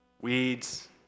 Weeds